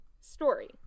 Story